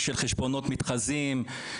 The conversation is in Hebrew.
חשבונות מתחזים,